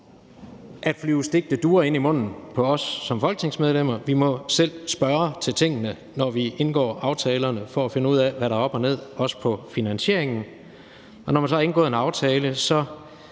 at flyve stegte duer ind i munden på os som folketingsmedlemmer, men at vi selv må spørge til tingene, når vi indgår aftalerne, for at finde ud af, hvad der er op og ned, også med hensyn til finansieringen, og når man så har indgået en aftale, har